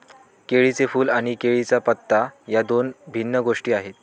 केळीचे फूल आणि केळीचा पत्ता या दोन भिन्न गोष्टी आहेत